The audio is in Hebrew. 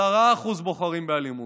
10% בוחרים באלימות,